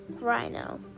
Rhino